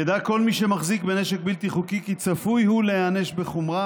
ידע כל מי שמחזיק בנשק בלתי חוקי כי צפוי הוא להיענש בחומרה,